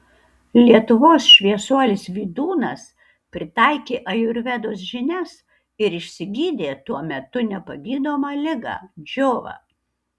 lietuvos šviesuolis vydūnas pritaikė ajurvedos žinias ir išsigydė tuo metu nepagydomą ligą džiovą